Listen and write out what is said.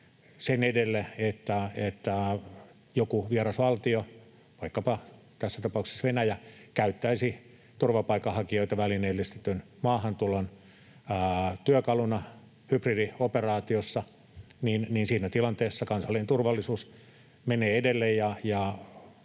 sen edelle, että joku vieras valtio, vaikkapa tässä tapauksessa Venäjä, käyttäisi turvapaikanhakijoita välineellistetyn maahantulon työkaluna hybridioperaatiossa — siinä tilanteessa kansallinen turvallisuus menee edelle.